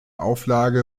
auflage